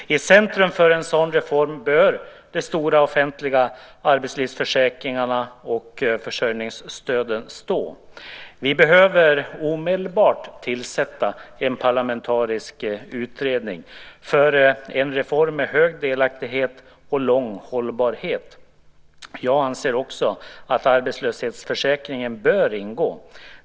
I centrum för en sådan reform bör stå de stora offentliga arbetslivsförsäkringarna och försörjningsstöden. Vi behöver omedelbart tillsätta en parlamentarisk utredning för att få en reform med hög delaktighet och lång hållbarhet. Jag anser att också arbetslöshetsförsäkringen bör ingå.